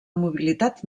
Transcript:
mobilitat